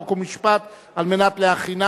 חוק למניעת העסקה של עברייני מין במוסדות מסוימים (תיקון,